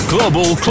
Global